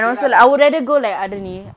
okay lah but